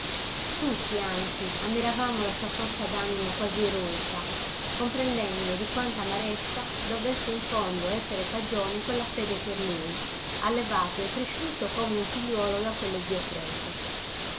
tutti anzi ammiravano la sua forza d'animo quasi eroica comprendendo di quanta amarezza dovesse in fondo esser cagione quella fede per lui allevato e cresciuto come un figliuolo da quello zio prete